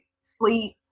sleep